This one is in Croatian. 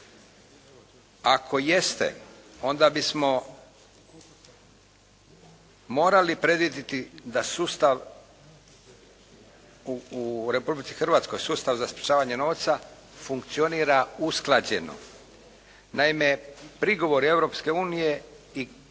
Ako jeste, onda bismo morali predvidjeti da sustav u Republici Hrvatskoj, sustav za sprječavanje novca novca funkcionira usklađeno. Naime prigovori Europske unije tvrde da je